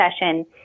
session